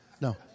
no